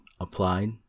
applied